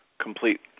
complete